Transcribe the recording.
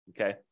okay